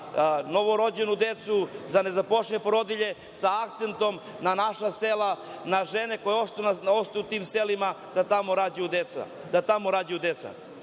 novorođenu decu, za nezaposlene porodilje sa akcentom na naša sela, na žene koje ostaju u tim selima da tamo rađaju